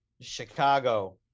Chicago